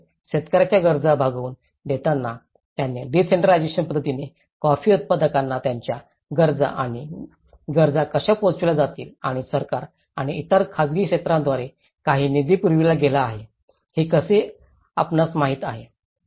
तसेच शेतकऱ्याच्या गरजा भागवून देतात आणि डिसेंट्रलाजेशन पध्दतीमुळे कॉफी उत्पादकांना त्यांच्या गरजा व गरजा कशा पोहचविल्या जातील आणि सरकार आणि इतर खासगी क्षेत्रांद्वारे काही निधी पुरविला गेला आहे हे कसे आपणास माहित आहे